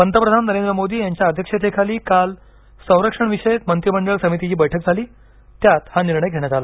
पंतप्रधान नरेंद्र मोदी यांच्या अध्यक्षतेखाली काल संरक्षणविषयक मंत्रीमंडळ समितीची बैठक झालीत्यात हा निर्णय घेण्यात आला